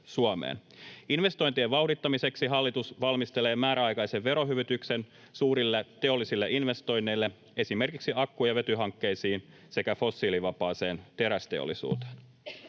Investointien vauhdittamiseksi hallitus valmistelee määräaikaisen verohyvityksen suurille teollisille investoinneille, esimerkiksi akku- ja vetyhankkeisiin sekä fossiilivapaaseen terästeollisuuteen.